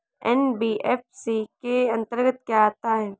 NBFC के अंतर्गत क्या आता है?